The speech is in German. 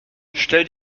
stell